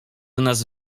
nas